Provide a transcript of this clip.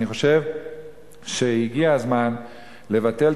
אני חושב שהגיע הזמן לבטל,